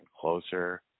closer